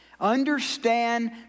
Understand